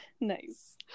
Nice